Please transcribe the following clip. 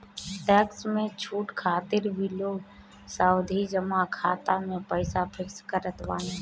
tax में छूट खातिर भी लोग सावधि जमा खाता में पईसा फिक्स करत बाने